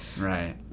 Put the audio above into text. Right